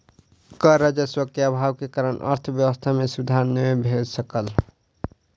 कर राजस्व के अभाव के कारण अर्थव्यवस्था मे सुधार नै भ सकल